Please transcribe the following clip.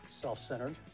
Self-centered